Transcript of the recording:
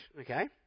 okay